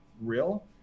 real